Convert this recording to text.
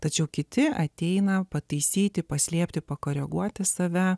tačiau kiti ateina pataisyti paslėpti pakoreguoti save